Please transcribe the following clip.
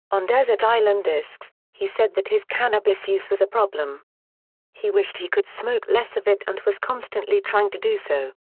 on desert island discs, he said that his cannabis use was a problem he wished he could smoke less of it and was constantly trying to do so.